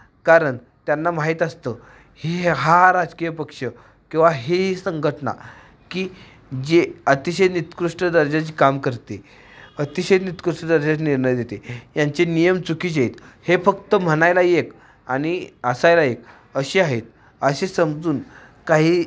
कारण त्यांना माहिती असतं ही हा राजकीय पक्ष किंवा ही संघटना की जे अतिशय निकृष्ट दर्जाचे काम करते अतिशय निकृष्ट दर्जाचे निर्णय देते यांचे नियम चुकीचे आहेत हे फक्त म्हणायला एक आणि असायला एक असे आहेत असे समजून काही